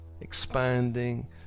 Expanding